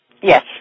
Yes